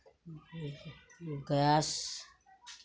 gas